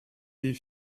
des